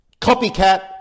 copycat